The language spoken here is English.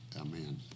Amen